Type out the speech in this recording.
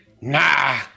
nah